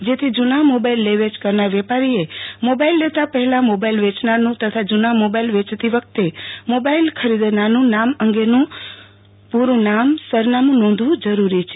જેથી જુના મોબાઇલ લે વેચ કરનાર વેપારીએ મોબાઇલ લેતા પહેલા મોબાઇલ વેચનારનું તથા જુના મોબાઇલ વેચતી વખતે મોબાઇલ ખરીદનારનું ઓળખ અંગેનું પુરૂં નામ સરનામું નોંધવું જરૂરી છે